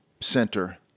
center